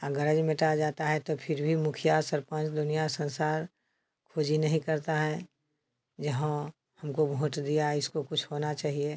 और गरज मिटा जाता है तो फिर भी मुखिया सरपंच दुनिया संसार खोजी नहीं करता है कि हाँ हमको भोट दिया इसको कुछ होना चाहिए